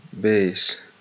bass